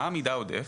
מהו המידע העודף?